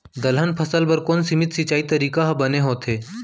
दलहन फसल बर कोन सीमित सिंचाई तरीका ह बने होथे?